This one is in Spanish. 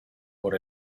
por